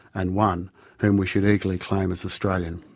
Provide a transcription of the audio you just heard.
and one whom we should eagerly claim as australian.